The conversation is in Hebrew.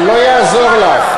לא יעזור לך.